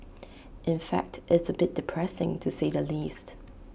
in fact it's A bit depressing to say the least